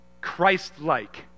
Christ-like